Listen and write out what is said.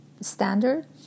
standard